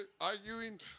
arguing